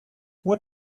what